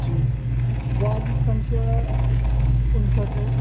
جی واڈ سنکھیا انسٹھ ہے